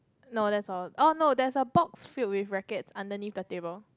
no that's all oh no there's a box filled with rackets underneath the table